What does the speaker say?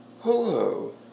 Hello